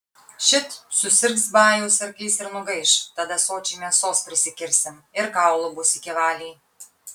šit susirgs bajaus arklys ir nugaiš tada sočiai mėsos prisikirsi ir kaulų bus iki valiai